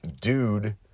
dude